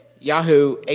Yahoo